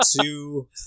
two